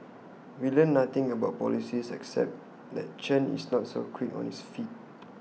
we learnt nothing about policies except that Chen is not so quick on his feet